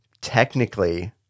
technically